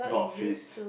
not fit